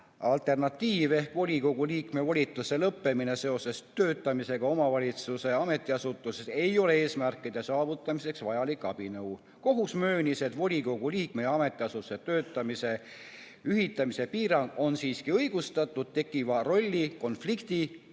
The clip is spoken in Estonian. alternatiiv ehk volikogu liikme volituste lõppemine seoses töötamisega omavalitsuse ametiasutuses ei ole eesmärkide saavutamiseks vajalik abinõu. Kohus möönis, et volikogu liikme [töö] ja ametiasutuses töötamise ühitamise piirang on siiski õigustatud tekkiva rollikonflikti,